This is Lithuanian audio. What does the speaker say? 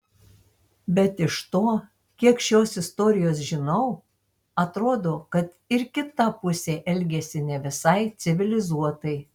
bet iš to kiek šios istorijos žinau atrodo kad ir kita pusė elgėsi ne visai civilizuotai